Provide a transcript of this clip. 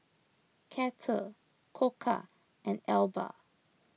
Kettle Koka and Alba